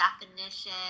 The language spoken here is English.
definition